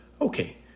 Okay